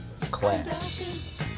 class